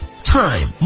Time